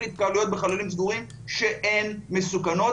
התקהלויות בחללים סגורים שהן מסוכנות,